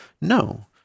No